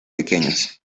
pequeños